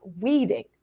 weeding